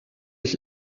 ich